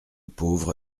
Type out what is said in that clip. pauvre